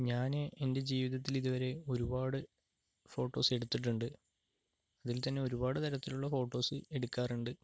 ഞാൻ എൻ്റെ ജീവിതത്തിൽ ഇതുവരെ ഒരുപാട് ഫോട്ടോസ് എടുത്തിട്ടുണ്ട് അതിൽ തന്നെ ഒരുപാട് തരത്തിലുള്ള ഫോട്ടോസ് എടുക്കാറുണ്ട്